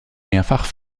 mehrfach